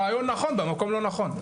הרעיון נכון במקום לא נכון,